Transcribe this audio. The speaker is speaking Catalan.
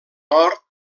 nord